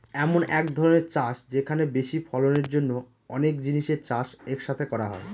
এমন এক ধরনের চাষ যেখানে বেশি ফলনের জন্য অনেক জিনিসের চাষ এক সাথে করা হয়